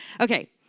Okay